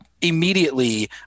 immediately